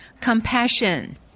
Compassion